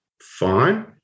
fine